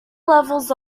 levels